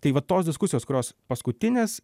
tai va tos diskusijos kurios paskutinės